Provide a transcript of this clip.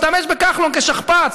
השתמש בכחלון כשכפ"ץ,